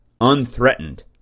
unthreatened